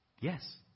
Yes